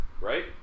right